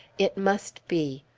it must be!